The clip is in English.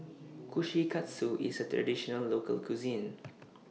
Kushikatsu IS A Traditional Local Cuisine